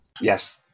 Yes